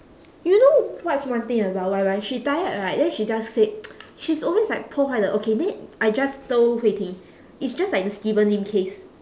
you know what's one thing about Y_Y she tired right then she just said she's always like 破坏了 okay then I just told hui ting is just like the steven lim case